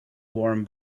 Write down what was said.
warm